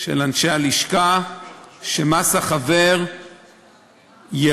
של אנשי הלשכה שמס החבר ירד.